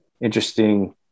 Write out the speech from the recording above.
interesting